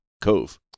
Cove